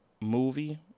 movie